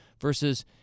versus